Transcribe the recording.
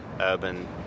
urban